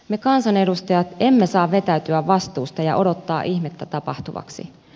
me kansanedustajat emme saa vetäytyä vastuusta ja odottaa ihmettä tapahtuvaksi